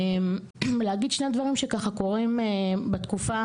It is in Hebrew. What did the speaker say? להגיד שני דברים שככה קורים בתקופה,